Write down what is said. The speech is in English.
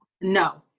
No